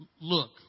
Look